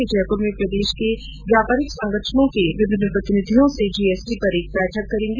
वे जयपुर में प्रदेश के व्यापारिक संगठनों के प्रतिनिधियों के साथ जीएसटी पर एक बैठक करेंगे